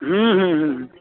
हूँ हूँ हूँ हूँ